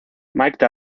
mike